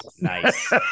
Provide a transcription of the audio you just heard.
nice